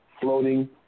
floating